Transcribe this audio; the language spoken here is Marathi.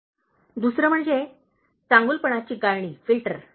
"दुसरे म्हणजे चांगुलपणाची गाळणी फिल्टर